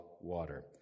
water